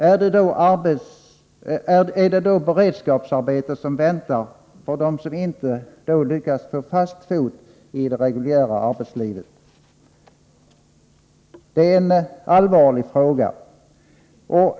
Är det då beredskapsarbete som väntar för dem som inte lyckats få fast fot i det reguljära arbetslivet? Detta är en allvarlig fråga.